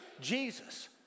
Jesus